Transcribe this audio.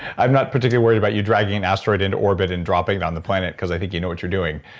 i'm not particularly worried about you driving an asteroid into orbit and dropping it on the planet because i think you know what you're doing,